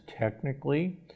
technically